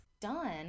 done